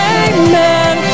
amen